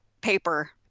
Paper